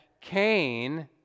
Cain